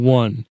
one